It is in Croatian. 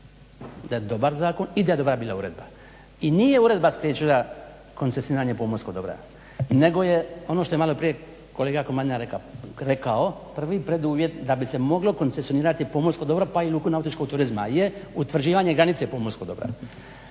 da je dobar zakon i da je dobra bila uredba. I nije uredba spriječila koncesioniranje pomorskog dobra nego je ono što je maloprije kolega Komadina rekao prvi preduvjet da bi se moglo koncesionirati pomorsko dobro pa i luku nautičkog turizma je utvrđivanje granice pomorskog dobra.